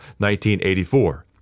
1984